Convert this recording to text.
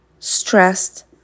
stressed